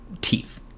teeth